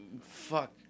Fuck